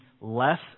less